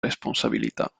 responsabilità